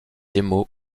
émaux